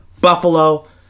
Buffalo